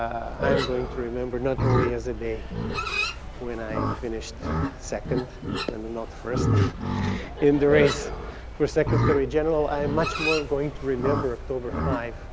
i am going to remember not only as the day when i finished second and not first in the race for secretary-general. i am much more going to remember october five